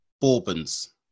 Bourbons